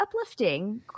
uplifting